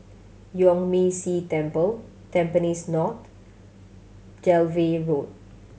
Yuan Ming Si Temple Tampines North Dalvey Road